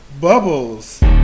Bubbles